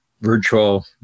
virtual